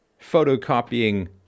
photocopying